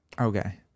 okay